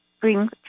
bring